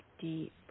deep